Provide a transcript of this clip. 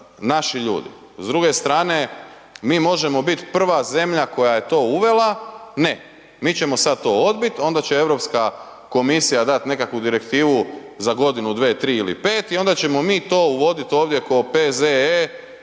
naši ljudi. S druge strane, mi možemo biti prva zemlja koje to uvela, ne, mi ćemo sad to odbiti onda će Europska komisija dat nekakvu direktivu za godinu, 2, 3 ili 5 i onda ćemo mi to uvodit ovdje ko P.Z.E.